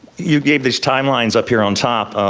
you gave these timelines up here on top.